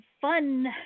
fun